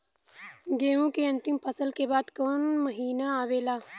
गेहूँ के अंतिम फसल के बाद कवन महीना आवेला?